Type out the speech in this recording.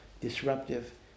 disruptive